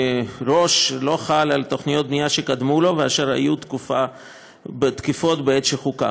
מראש לא חל על תוכניות בנייה שקדמו לו ואשר היו תקפות בעת שחוקק.